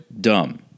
dumb